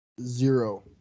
Zero